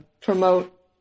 promote